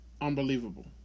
unbelievable